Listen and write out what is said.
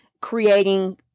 creating